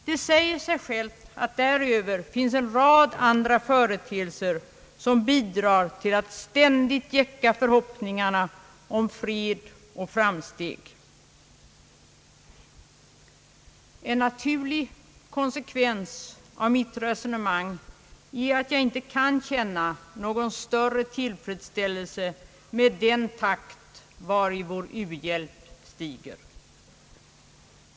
Det säger sig självt att därutöver finns en rad andra företeelser som bidrar till att ständigt gäcka förhoppningarna om fred och framsteg. En naturlig konsekvens av mitt resonemang är att jag inte kan känna någon större tillfredsställelse med den takt i vilken vår u-hjälp stiger.